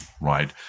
right